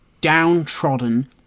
downtrodden